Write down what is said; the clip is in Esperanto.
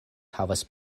havas